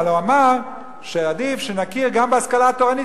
אבל אמר שעדיף שנכיר גם בהשכלה התורנית,